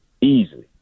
easily